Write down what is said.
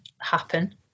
happen